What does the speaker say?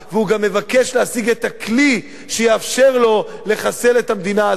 הוא גם מבקש להשיג את הכלי שיאפשר לו לחסל את המדינה הזאת,